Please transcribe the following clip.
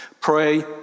pray